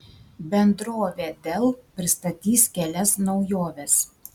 bendrovė dell pristatys kelias naujoves